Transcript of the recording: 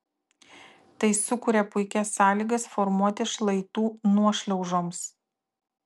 tai sukuria puikias sąlygas formuotis šlaitų nuošliaužoms